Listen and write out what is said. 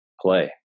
play